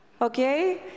Okay